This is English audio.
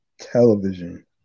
television